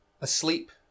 asleep